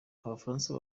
abafaransa